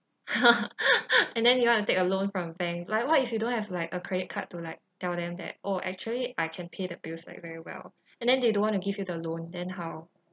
and then you want to take a loan from bank like what if you don't have like a credit card to like tell them that oh actually I can pay the bills like very well and then they don't want to give you the loan then how